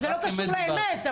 זה לא קשור לאמת.